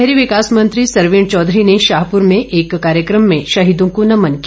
शहरी विकास मंत्री सरवीण चौधरी ने शाहपुर में एक कार्यक्रम में शहीदों को नमन किया